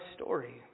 story